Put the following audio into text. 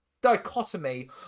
dichotomy